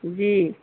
جی